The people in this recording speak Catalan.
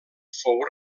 fou